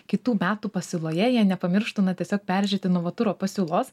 kitų metų pasiūloje jie nepamirštų na tiesiog peržiūrėti novaturo pasiūlos